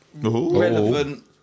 relevant